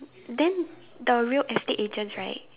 then the real estate agents right